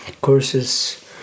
courses